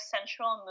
Central